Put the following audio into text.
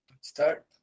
Start